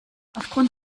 aufgrund